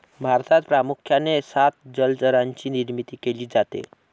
भारतात प्रामुख्याने सात जलचरांची निर्मिती केली जाते